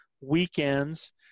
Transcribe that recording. weekends